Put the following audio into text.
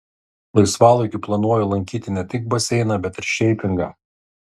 laisvalaikiu planuoju lankyti ne tik baseiną bet ir šeipingą